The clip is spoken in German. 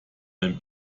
ein